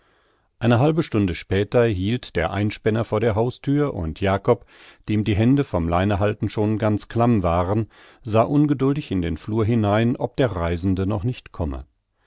eine halbe stunde später hielt der einspänner vor der hausthür und jakob dem die hände vom leinehalten schon ganz klamm waren sah ungeduldig in den flur hinein ob der reisende noch nicht komme